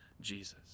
Jesus